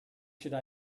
should